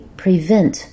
prevent